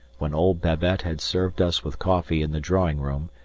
when old babette had served us with coffee in the drawing-room,